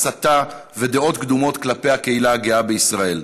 הסתה ודעות קדומות כלפי הקהילה הגאה בישראל.